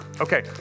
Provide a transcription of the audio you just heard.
Okay